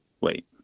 Wait